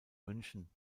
münchen